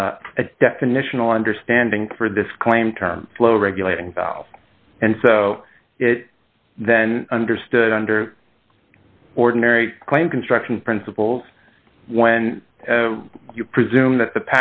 a definitional understanding for this claim term low regulating valve and so then understood under ordinary claim construction principles when you presume that the